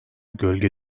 gölge